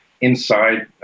inside